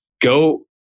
go